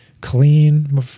clean